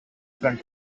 front